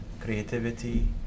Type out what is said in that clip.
creativity